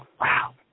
Wow